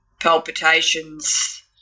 palpitations